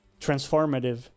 transformative